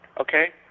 okay